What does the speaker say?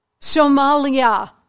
Somalia